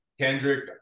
Kendrick